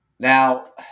Now